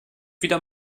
wieder